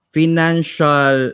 financial